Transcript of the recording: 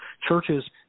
churches